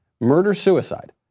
Murder-suicide